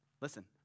listen